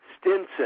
Stinson